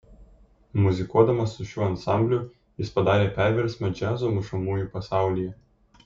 muzikuodamas su šiuo ansambliu jis padarė perversmą džiazo mušamųjų pasaulyje